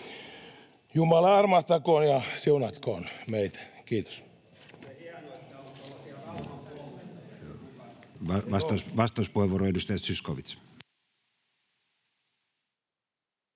Jumala armahtakoon ja siunatkoon meitä.” — Kiitos.